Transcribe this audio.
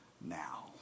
now